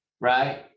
right